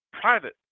private